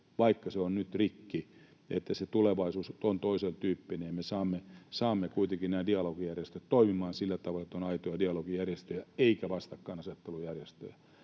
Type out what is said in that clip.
vaikka se on nyt rikki, että se tulevaisuus on toisen tyyppinen. Me saamme kuitenkin nämä dialogijärjestöt toimimaan sillä tavalla, että on aitoja dialogijärjestöjä eikä vastakkainasettelujärjestöjä.